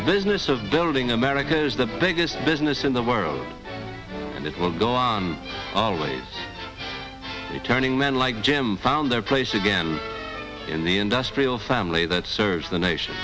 the business of building america is the biggest business in the world and it will go on always turning men like jim found their place again in the industrial family that serves the nation